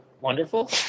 Wonderful